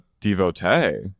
devotee